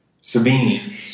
Sabine